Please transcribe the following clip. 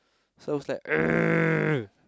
so it was like